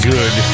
Good